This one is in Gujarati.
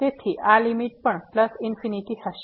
તેથી આ લીમીટ પણ પ્લસ ઇન્ફીનીટી હશે